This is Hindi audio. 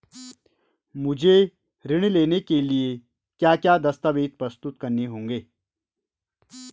मुझे ऋण लेने के लिए क्या क्या दस्तावेज़ प्रस्तुत करने होंगे?